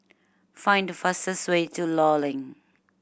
find the fastest way to Law Link